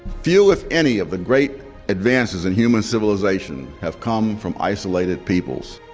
few, if any of the great advances in human civilization have come from isolated peoples.